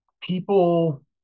people